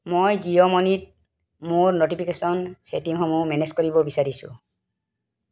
মই জিঅ' মনিত মোৰ ন'টিফিকেশ্যন ছেটিংসমূহ মেনেজ কৰিব বিচাৰিছোঁ